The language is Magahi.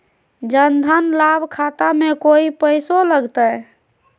जन धन लाभ खाता में कोइ पैसों लगते?